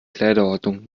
kleiderordnung